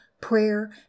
prayer